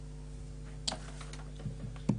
(בוכה)